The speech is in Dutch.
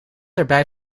erbij